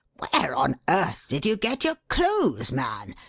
where on earth did you get your clues, man?